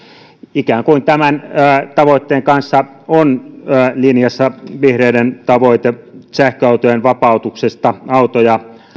ikään kuin tämän tavoitteen kanssa on linjassa vihreiden tavoite sähköautojen vapautuksesta auto ja